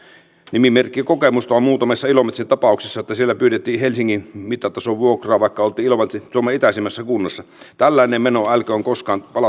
nimimerkillä kokemusta on muutamissa ilomantsin tapauksissa että siellä pyydettiin helsingin mittatason vuokraa vaikka oltiin ilomantsissa suomen itäisimmässä kunnassa tällainen meno älköön koskaan